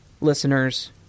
listeners